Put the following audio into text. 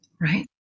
right